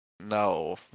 No